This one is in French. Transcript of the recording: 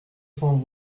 cent